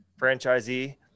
franchisee